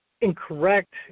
incorrect